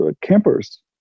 campers